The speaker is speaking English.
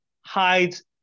hides